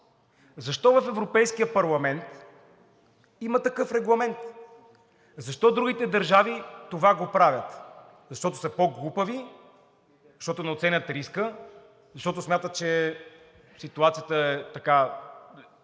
Защо в Европейския парламент има такъв регламент? Защо другите държави това го правят? Защото са по-глупави, защото не оценяват риска, защото смятат, че ситуацията е